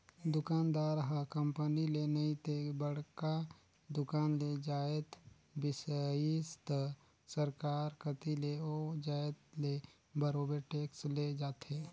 दुकानदार ह कंपनी ले नइ ते बड़का दुकान ले जाएत बिसइस त सरकार कती ले ओ जाएत ले बरोबेर टेक्स ले जाथे